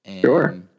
Sure